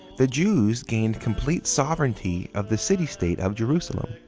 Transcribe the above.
the jews gained complete sovereignty of the city state of jerusalem.